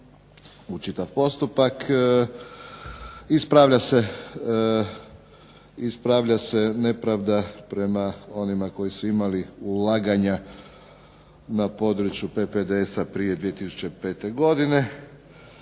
čitav postupak, ispravlja se nepravda prema onima koji su imali ulaganja na području PPDS-a prije 2005. godine.